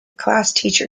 classteacher